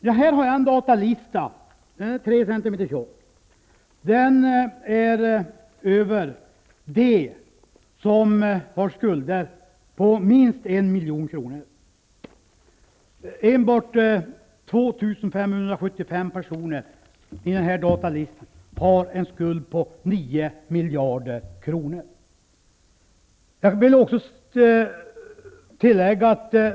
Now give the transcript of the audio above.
Jag har här en datalista som är tre centimeter tjock. Det är en lista över dem som har skulder på minst en miljon kronor. 2 575 personer i den här datalistan har en skuld på sammanlagt nio miljarder kronor.